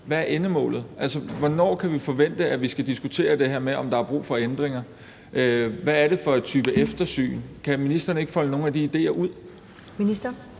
hvad endemålet er. Hvornår kan vi forvente, at vi skal diskutere det her med, om der er brug for ændringer? Hvad er det for en type eftersyn? Kan ministeren ikke folde nogle af de idéer ud?